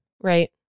Right